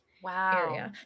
Wow